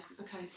okay